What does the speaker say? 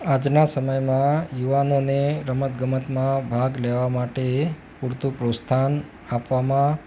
આજના સમયમાં યુવાનોને રમત ગમતમાં ભાગ લેવા માટે પૂરતું પ્રોત્સાહન આપવામાં